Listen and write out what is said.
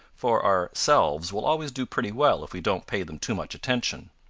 for our selves will always do pretty well if we don't pay them too much attention.